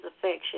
affection